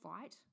fight